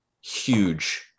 huge